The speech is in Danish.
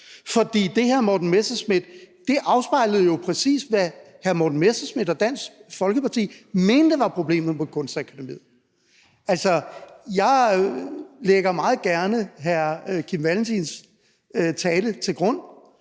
forslag til vedtagelse, for det afspejler jo præcist, hvad hr. Morten Messerschmidt og Dansk Folkeparti mente var problemet på Kunstakademiet. Jeg lægger meget gerne hr. Kim Valentins tale til grund